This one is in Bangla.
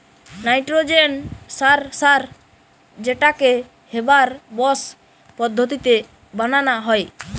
নাইট্রজেন সার সার যেটাকে হেবার বস পদ্ধতিতে বানানা হয়